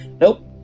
Nope